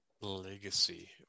Legacy